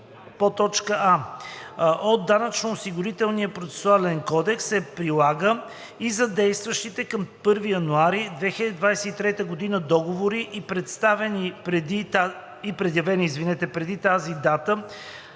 и първа „а“ от Данъчно-осигурителния процесуален кодекс се прилага и за действащите към 1 януари 2023 г. договори и предявени преди тази дата